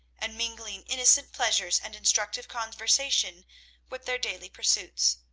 and mingling innocent pleasures and instructive conversation with their daily pursuits.